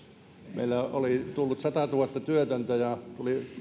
meillä oli tullut satatuhatta työtöntä ja tuli